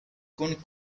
con